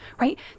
right